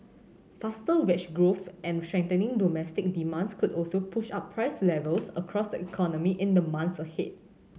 faster wage growth and strengthening domestic demands could also push up price levels across the economy in the months ahead